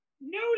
No